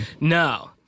No